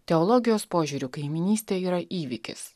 teologijos požiūriu kaimynystė yra įvykis